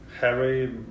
harry